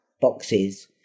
boxes